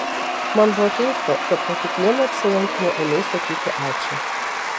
man buvo keista kad po kiekvieno apsilankymo ėmei sakyti ačiū